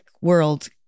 world